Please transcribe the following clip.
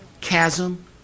chasm